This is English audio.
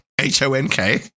H-O-N-K